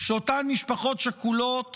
שאותן משפחות שכולות